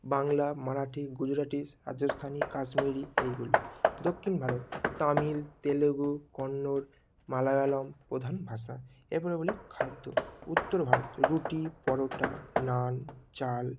বাংলা মারাঠি গুজরাটি রাজস্থানি কাশ্মীরি এইগুলি দক্ষিণ ভারত তামিল তেলুগু কন্নড় মালায়ালাম প্রধান ভাষা এরপরে বলি খাদ্য উত্তর ভারত রুটি পরোটা নান চাল